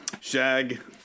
Shag